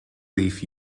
leaf